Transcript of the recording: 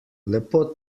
lepo